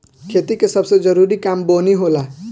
खेती के सबसे जरूरी काम बोअनी होला